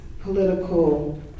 political